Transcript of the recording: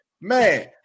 Man